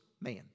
man